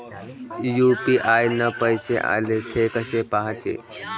UPI न पैसे आले, थे कसे पाहाचे?